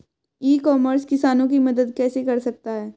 ई commerce किसानों की मदद कैसे कर सकता है?